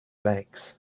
banks